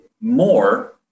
more